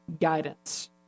guidance